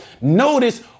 notice